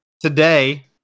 today